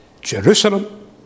Jerusalem